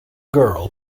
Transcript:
girl